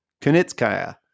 Kunitskaya